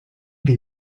they